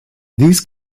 these